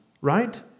right